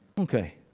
Okay